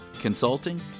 consulting